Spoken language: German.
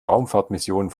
raumfahrtmissionen